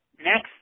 next